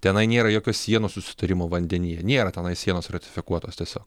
tenai nėra jokios sienos susitarimo vandenyje nėra tenai sienos ratifikuotos tiesiog